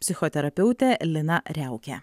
psichoterapeutę liną riaukę